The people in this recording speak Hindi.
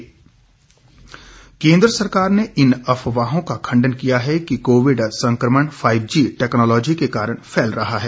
फाईव जी कोविड केंद्र सरकार ने इन अफवाहों का खंडन किया है कि कोविड संक्रमण फाईव जी टैक्नोलॉजी के कारण फैल रहा है